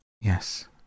Yes